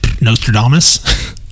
nostradamus